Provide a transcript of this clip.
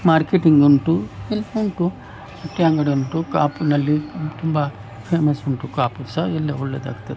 marketing ಉಂಟು ಎಲ್ಲ ಉಂಟು ಅಂಗಡಿ ಕಾಪುವಿನಲ್ಲಿ ತುಂಬ ಫೇಮಸ್ ಉಂಟು ಕಾಪು ಸಹ ಎಲ್ಲ ಒಳ್ಳೆದಾಗ್ತದೆ